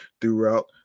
throughout